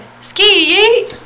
Ski